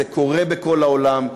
זה קורה בכל העולם,